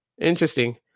interesting